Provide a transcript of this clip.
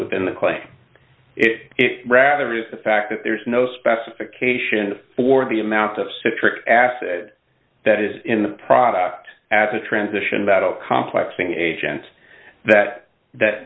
within the clay if rather is the fact that there is no specification for the amount of citric acid that is in the product at the transition bottle complex an agent that that